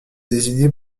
désigné